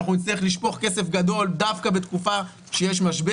שאנחנו נצטרך לשפוך כסף גדול דווקא בתקופה שיש משבר,